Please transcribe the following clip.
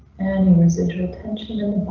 and and residual tension in